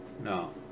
No